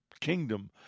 kingdom